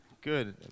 Good